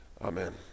Amen